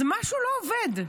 אז משהו לא עובד.